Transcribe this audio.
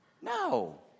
no